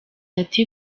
ati